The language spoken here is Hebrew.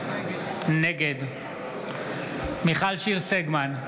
נגד מיכל שיר סגמן,